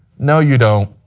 know you don't.